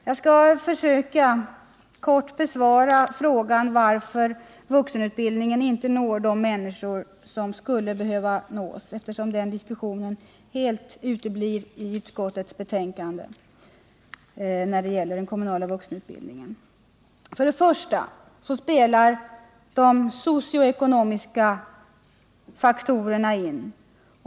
Jag skall försöka att kort besvara frågan varför vuxenutbildningen inte når de människor som skulle behöva nås, eftersom den diskussionen helt uteblir i utskottets betänkande när det gäller den kommunala vuxenutbildningen. För det första så spelar de socioekonomiska faktorerna in.